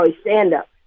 stand-up